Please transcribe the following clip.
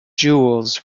jewels